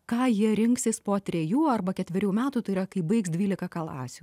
ką jie rinksis po trejų arba ketverių metų tai yra kai baigs dvylika klasių